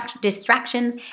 distractions